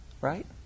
right